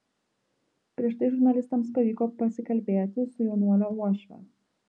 prieš tai žurnalistams pavyko pasikalbėti su jaunuolio uošve